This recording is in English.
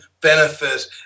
benefit